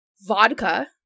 vodka